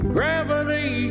Gravity